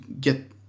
get